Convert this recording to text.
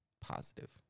Positive